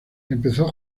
empezó